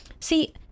See